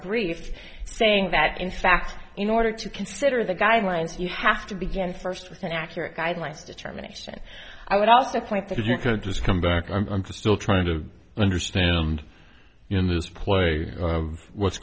brief saying that in fact in order to consider the guidelines you have to begin first with an accurate guideline determination i would also point that if you could just come back i'm still trying to understand in this play of what's